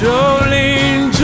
Jolene